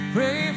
Pray